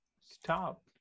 stop